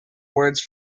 words